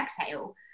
exhale